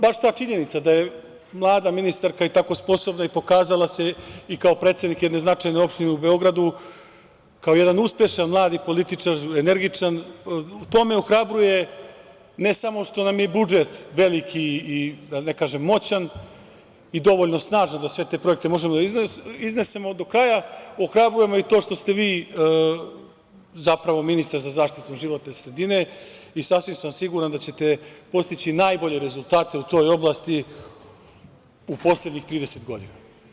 Baš ta činjenica da je mlada ministarka i tako sposobna i pokazala se i kao predsednik jedne značajne opštine u Beogradu, kao jedan uspešan mladi političar, energičan, to me ohrabruje, ne samo što nam je i budžet veliki i da ne kažem moćan i dovoljno snažan da sve te projekte možemo da iznesemo do kraja, ohrabruje me i to što ste vi, zapravo, ministar za zaštitu životne sredine i sasvim sam siguran da ćete postići najbolje rezultate u toj oblasti u poslednjih 30 godina.